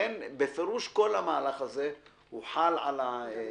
לכן בפירוש כל המהלך הזה חל על היורש,